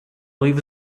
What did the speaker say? leave